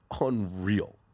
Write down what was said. unreal